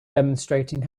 demonstrating